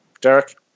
Derek